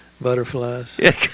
Butterflies